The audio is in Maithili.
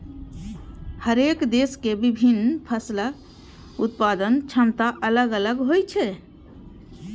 हरेक देशक के विभिन्न फसलक उत्पादन क्षमता अलग अलग होइ छै